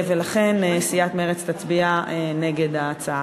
לכן סיעת מרצ תצביע נגד ההצעה.